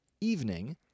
Evening